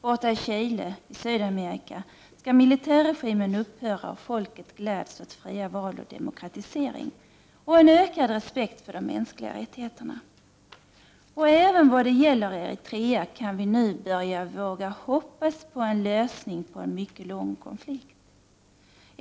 Borta i Chile i Sydamerika skall militärregimen upphöra, och foket gläds åt fria val och demokratisering och en ökad respekt för de mänskliga rättigheterna. Även när det gäller Eritrea kan vi nu börja våga hoppas på en lösning på en mycket lång konflikt.